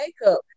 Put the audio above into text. makeup